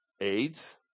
AIDS